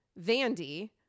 Vandy